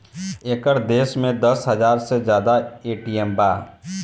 एकर देश में दस हाजार से जादा ए.टी.एम बा